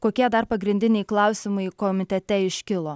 kokie dar pagrindiniai klausimai komitete iškilo